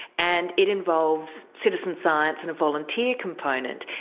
and it involves citizen science and a volunteer component.